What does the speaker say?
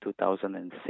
2006